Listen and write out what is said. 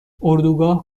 اردوگاه